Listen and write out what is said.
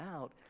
out